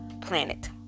planet